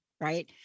right